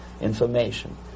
information